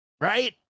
right